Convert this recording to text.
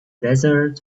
desert